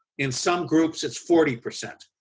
in some groups it's forty percent.